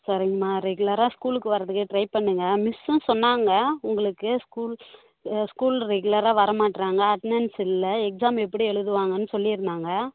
சரிங்கம்மா ரெகுலராக ஸ்கூலுக்கு வர்றதுக்கு டிரை பண்ணுங்க மிஸ்ஸும் சொன்னாங்க உங்களுக்கு ஸ்கூல் ஸ்கூல் ரெகுலராக வர மாட்றாங்க அட்னன்ஸ் இல்லை எக்ஸாம் எப்படி எழுதுவாங்கன்னு சொல்லியிருந்தாங்க